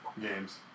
games